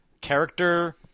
character